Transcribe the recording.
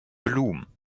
blum